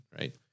right